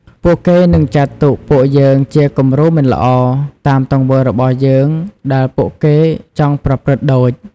ពួកគេនឹងចាត់ទុកពួកយើងជា គំរូមិនល្អតាមទង្វើរបស់យើង ដែលពួកគេចង់ប្រព្រឹត្តដូច ។